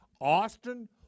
Austin